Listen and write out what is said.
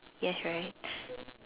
yes right